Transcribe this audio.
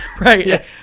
Right